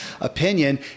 opinion